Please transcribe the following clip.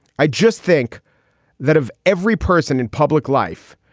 i just think that of every person in public life,